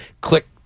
click